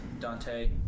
Dante